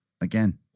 again